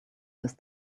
this